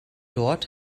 dort